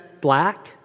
black